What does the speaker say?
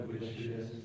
wishes